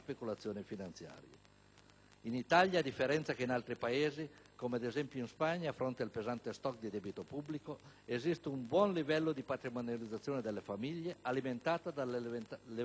In Italia, a differenza che in altri Paesi, come ad esempio in Spagna, a fronte del pesante *stock* di debito pubblico, esiste un buon livello di patrimonializzazione delle famiglie, alimentata dalla elevata propensione al risparmio